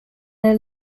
their